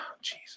Jesus